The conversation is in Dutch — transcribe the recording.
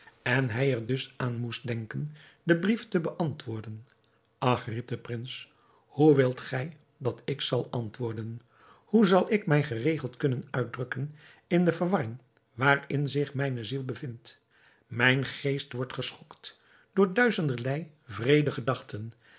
en hij er dus aan moest denken den brief te beantwoorden ach riep de prins hoe wilt gij dat ik zal antwoorden hoe zal ik mij geregeld kunnen uitdrukken in de verwarring waarin zich mijne ziel bevindt mijn geest wordt geschokt door duizenderlei wreede gedachten